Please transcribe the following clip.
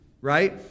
right